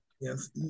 yes